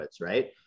Right